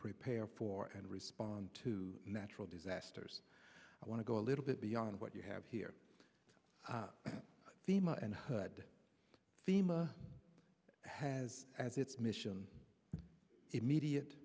prepare for and respond to natural disasters i want to go a little bit beyond what you have here fema and heard fema has as its mission immediate